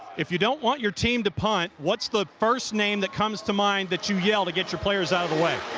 if you don't want your team to punt, what's the first name that comes to mind that you yell to get your players out of the way?